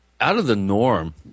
out-of-the-norm